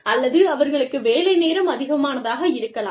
அல்லது அவர்களுக்கு வேலை நேரம் அதிகமானதாக இருக்கலாம்